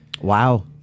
Wow